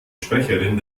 sprecherin